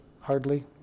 hardly